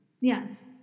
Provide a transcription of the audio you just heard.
Yes